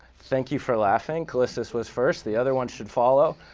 thank you for laughing. calestous was first, the other ones should follow.